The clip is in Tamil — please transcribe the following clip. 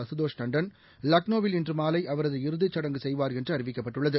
அசுதோஷ் தாண்டன் லக்னோவில் இன்று மாலை அவரது இறதிச் சடங்கு செய்வார் என்று அறிவிக்கப்பட்டுள்ளது